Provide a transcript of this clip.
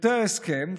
פרטי ההסכם,